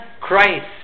Christ